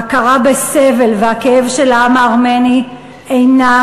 ההכרה בסבל ובכאב של העם הארמני אינה